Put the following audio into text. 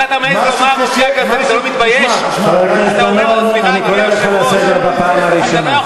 איך אתה מעז לומר "אופייה הגזעני" כשאתה עומד עם כאפיה בכנסת ישראל?